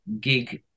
gig